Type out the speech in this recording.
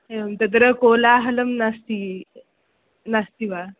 एवं तत्र कोलाहलं नास्ति नास्ति वा